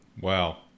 wow